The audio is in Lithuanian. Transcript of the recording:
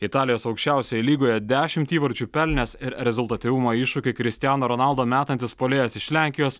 italijos aukščiausioje lygoje dešimt įvarčių pelnęs ir rezultatyvumo iššūkį kristiano ronaldo metantis puolėjas iš lenkijos